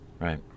Right